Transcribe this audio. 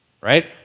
Right